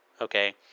okay